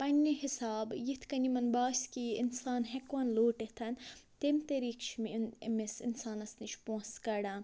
پنٛنہِ حسابہٕ یِتھ کَنۍ یِمَن باسہِ کہِ یہِ اِنسان ہٮ۪کون لوٗٹِتھ تَمہِ طریقہٕ چھِ مےٚ یُن أمِس اِنسانَس نِش پونٛسہٕ کَڑان